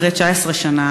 אחרי 19 שנה,